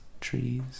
trees